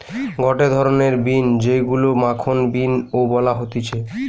গটে ধরণের বিন যেইগুলো মাখন বিন ও বলা হতিছে